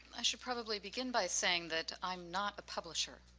i should probably begin by saying that i'm not a publisher.